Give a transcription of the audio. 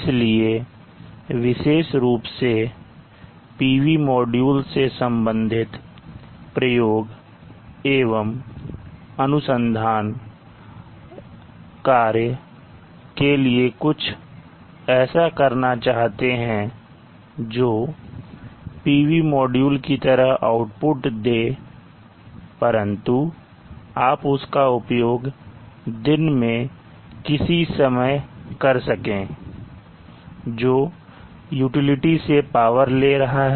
इसलिए विशेष रूप से PV मॉड्यूल से संबंधित प्रयोग एवं अनुसंधान कार्य के लिए कुछ ऐसा करना चाहते हैं जो PV मॉड्यूल की तरह आउटपुट दे परंतु आप उसका उपयोग दिन के किसी समय कर सकते हैं जो यूटिलिटी से पावर ले रहा है